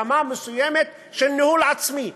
רמה מסוימת של ניהול עצמי?